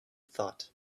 thought